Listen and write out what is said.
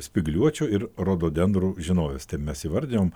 spygliuočių ir rododendrų žinovės taip mes įvardijom